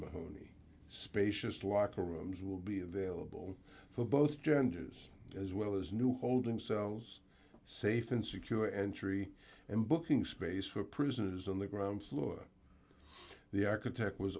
mahoney spacious locker rooms will be available for both genders as well as new holding cells safe and secure entry and booking space for prisoners on the ground floor the architect was